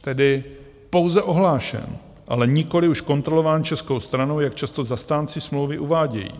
Tedy pouze ohlášen, ale nikoliv už kontrolován českou stranou, jak často zastánci smlouvy uvádějí.